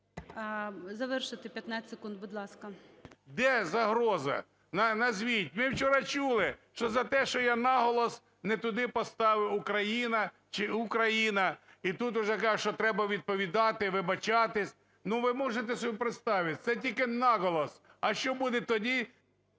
Завершуйте. 15 секунд, будь ласка. НІМЧЕНКО В.І. Де загроза, назвіть. Ви вчора чули, що за те, що я наголос не туди поставив – Украї'на чи У'країна, і тут уже кажуть, що треба відповідати, вибачатися. Ну, ви можете собі представить, це тільки наголос, а що буде тоді…